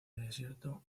desierto